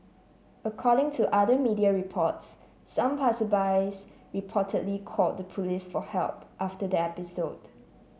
according to other media reports some passersby reportedly called the police for help after the episode